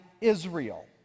Israel